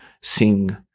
sing